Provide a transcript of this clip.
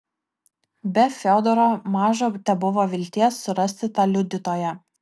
be fiodoro maža tebuvo vilties surasti tą liudytoją